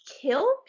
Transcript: kill